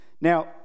Now